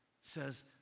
says